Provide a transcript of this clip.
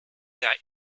der